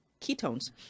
ketones